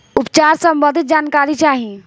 उपचार सबंधी जानकारी चाही?